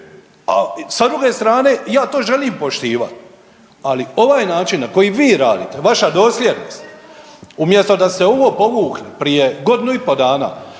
A sa druge strane, ja to želim poštivati, ali ovaj način na koji vi radite, vaša dosljednost umjesto da se ovo .../Govornik se ne